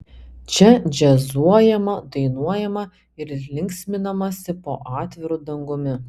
čia džiazuojama dainuojama ir linksminamasi po atviru dangumi